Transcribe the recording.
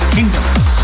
Kingdoms